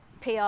PR